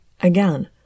Again